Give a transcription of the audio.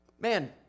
man